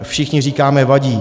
Všichni říkáme vadí.